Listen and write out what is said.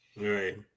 Right